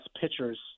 pitchers